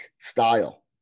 style